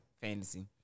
Fantasy